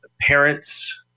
parents